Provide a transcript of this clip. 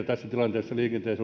tässä tilanteessa